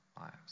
lives